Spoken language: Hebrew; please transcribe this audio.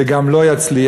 זה גם לא יצליח.